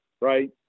right